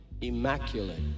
immaculate